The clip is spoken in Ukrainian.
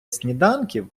сніданків